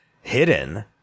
hidden